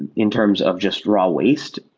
and in terms of just raw waste,